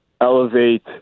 elevate